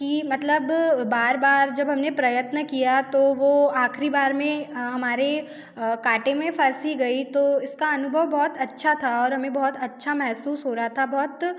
कि मतलब बार बार जब हम ने प्रयत्न किया तो वो आख़िरी बार में हमारे काँटे में फस ही गई तो इसका अनुभव बहुत अच्छा था और हमें बहोत अच्छा महसूस हो रहा था बहुत